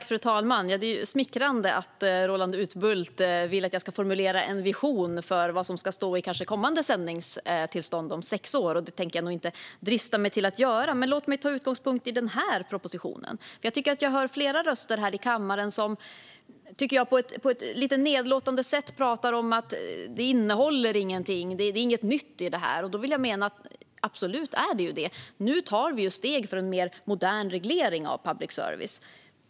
Fru talman! Det är smickrande att Roland Utbult vill att jag ska formulera en vision för vad som ska stå i kommande sändningstillstånd om sex år. Det tänker jag inte drista mig till att göra. Låt mig ta min utgångspunkt i den proposition vi behandlar i dag. Jag tycker att flera röster i kammaren lite nedlåtande har pratat om att propositionen inte innehåller någonting, att där inte finns något nytt. Jag menar att det absolut finns något nytt. Nu tar vi steg för steg fram en mer modern reglering av public service.